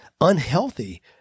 unhealthy